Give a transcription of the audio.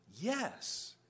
Yes